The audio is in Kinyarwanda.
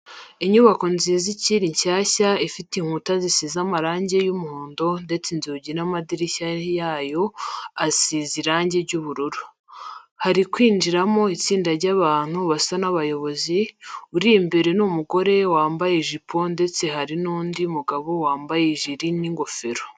Inyubako nziza ikiri nshyashya ifite inkuta zisize amarange y'umuhondo ndetse inzugi n'amadirishya yayo asize irange ry'ubururu. Hari kwinjiramo itsinda ry'abantu basa n'abayobozi, uri imbere ni umugore wamabye ijiri ndetse hari n'undi mugabo wambaye ijiri n'ingofero.